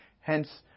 Hence